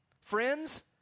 Friends